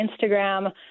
Instagram